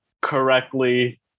correctly